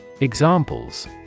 Examples